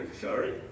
Sorry